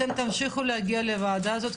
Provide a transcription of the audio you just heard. אתם תמשיכו להגיע לוועדה הזאת,